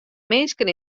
minsken